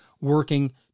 working